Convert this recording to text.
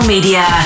media